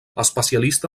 especialista